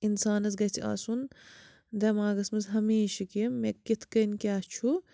اِنسانَس گژھِ آسُن دٮ۪ماغَس منٛز ہَمیشہِ کہِ مےٚ کِتھ کَنۍ کیٛاہ چھُ